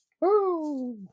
Woo